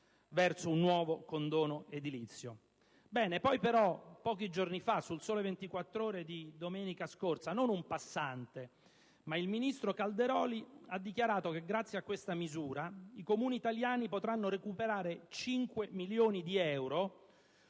per un nuovo condono edilizio. Poi però, pochi giorni fa, su «Il Sole 24 ORE» di domenica scorsa, non un passante, ma il ministro Calderoli ha dichiarato che, grazie a questa misura, i Comuni italiani potranno recuperare 5 miliardi di euro,